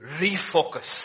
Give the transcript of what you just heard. refocus